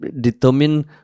determine